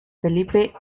felipe